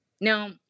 Now